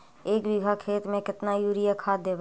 एक बिघा खेत में केतना युरिया खाद देवै?